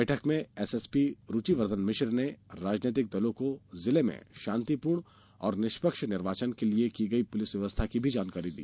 बैठक में एसएसपी रुचि वर्धन मिश्र ने राजनैतिक दलों को ज़िले में शांतिप्र्ण एवं निष्पक्ष निर्वाचन के लिए की गई पुलिस व्यवस्था की जानकारी दी